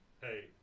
hey